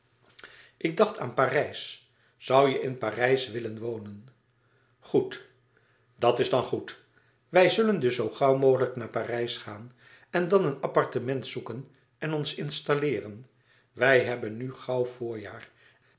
ik dacht aan parijs zoû je in parijs willen wonen goed dat is dan goed wij zullen dus zoo gauw mogelijk naar parijs gaan en dan een appartement zoeken en ons installeeren wij hebben nu gauw voorjaar